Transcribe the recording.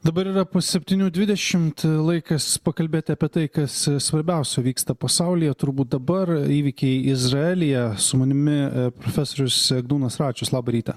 dabar yra po septynių dvidešimt laikas pakalbėti apie tai kas svarbiausio vyksta pasaulyje turbūt dabar įvykiai izraelyje su manimi profesorius egdūnas račius labą rytą